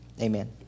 Amen